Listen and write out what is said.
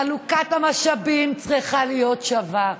חלוקת המשאבים צריכה להיות שווה.